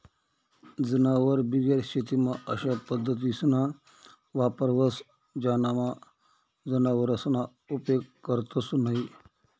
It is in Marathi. जनावरबिगेर शेतीमा अशा पद्धतीसना वापर व्हस ज्यानामा जनावरसना उपेग करतंस न्हयी